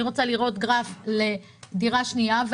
גרף לדירה שנייה,